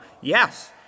Yes